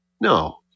No